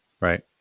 Right